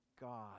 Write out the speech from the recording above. God